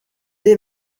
est